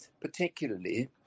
particularly